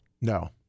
No